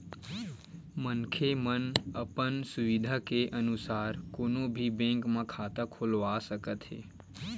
मनखे मन अपन सुबिधा के अनुसार कोनो भी बेंक म खाता खोलवा सकत हे